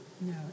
No